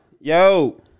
Yo